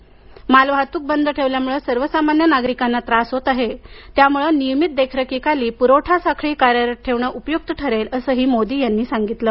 राज्यांमधील मालवाहतूक बंद ठेवल्यानं सर्वसामान्य नागरिकांना त्रास होत आहे त्यामुळं नियमित देखरेखीखाली पुरवठा साखळी कार्यरत ठेवणं उपयुक्त ठरेल असं मोदी यांनी सांगितलं